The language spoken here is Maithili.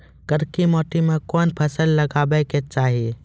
करकी माटी मे कोन फ़सल लगाबै के चाही?